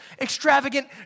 extravagant